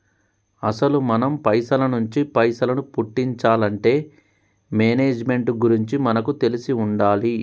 అసలు మనం పైసల నుంచి పైసలను పుట్టించాలంటే మేనేజ్మెంట్ గురించి మనకు తెలిసి ఉండాలి